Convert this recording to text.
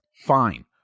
fine